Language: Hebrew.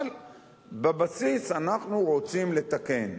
אבל בבסיס אנחנו רוצים לתקן,